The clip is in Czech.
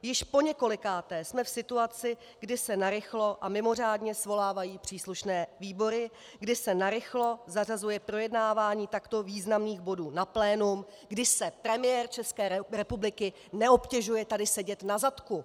Již poněkolikáté jsme v situaci, kdy se narychlo a mimořádně svolávají příslušné výbory, kdy se narychlo zařazuje projednávání takto významných bodů na plénum, kdy se premiér České republiky neobtěžuje tady sedět na zadku!